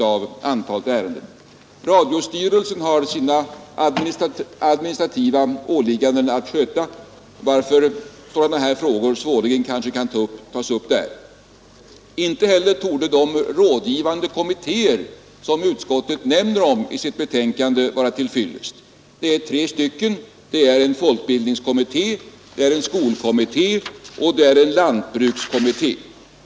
Rundradiofrågor Radiostyrelsen har sina administrativa ålägganden att sköta, varför sådana här frågor svårligen kan tas upp där. Inte heller torde de rådgivande kommittéer som utskottet nämner om i sitt betänkande vara till fyllest. De är tre stycken, nämligen en folkbildningskommitté, en skolkommitté och en lantbrukskommitté.